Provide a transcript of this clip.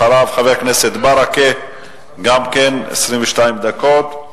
אחריו, חבר הכנסת ברכה, גם כן 22 דקות,